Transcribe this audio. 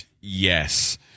yes